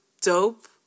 dope